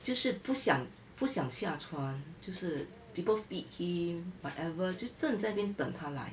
就是不想不想下床就是 people feed him whatever 就站在那边等他来